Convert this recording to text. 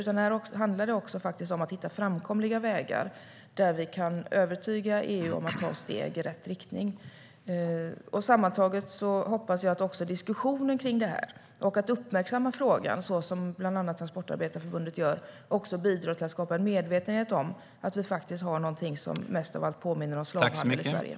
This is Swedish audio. Det handlar om att hitta framkomliga vägar där vi kan övertyga EU om att ta steg i rätt riktning. Sammantaget hoppas jag att diskussionen om detta och att uppmärksamma frågan, så som bland annat Transportarbetarförbundet gör, bidrar till att skapa en medvetenhet om att vi har något i Sverige som mest av allt påminner om slavhandel.